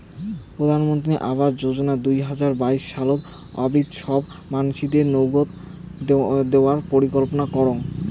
প্রধানমন্ত্রী আবাস যোজনা দুই হাজার বাইশ সাল অব্দি সব মানসিদেরনৌগউ দেওয়ার পরিকল্পনা করং